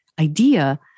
idea